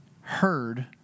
heard